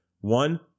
One